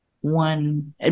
one